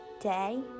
day